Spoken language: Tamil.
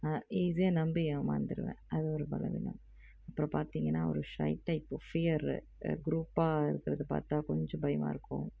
நான் ஈஸியாக நம்பி ஏமாந்துடுவேன் அது ஒரு பலவீனம் அப்புறம் பார்த்தீங்கன்னா ஒரு ஷை டைப் ஃபியர் குரூப்பாக இருக்கிறது பார்த்தா கொஞ்சம் பயமாக இருக்கும்